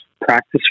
practice